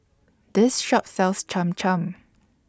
This Shop sells Cham Cham